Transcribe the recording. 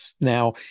Now